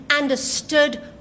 understood